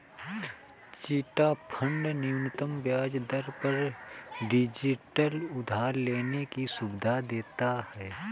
chit fund न्यूनतम ब्याज दर पर डिजिटल उधार लेने की सुविधा देता है